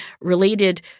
related